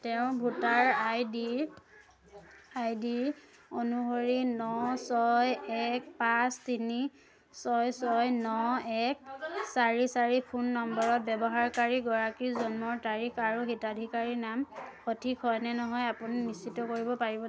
তেওঁৰ voter ID ID অনুসৰি ন ছয় এক পাঁচ তিনি ছয় ছয় ন এক চাৰি চাৰি ফোন নম্বৰৰ ব্যৱহাৰকাৰীগৰাকীৰ জন্মৰ তাৰিখ আৰু হিতাধিকাৰীৰ নাম সঠিক হয়নে নহয় আপুনি নিশ্চিত কৰিব পাৰিব